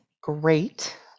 Great